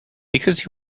because